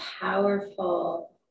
powerful